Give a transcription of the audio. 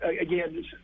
again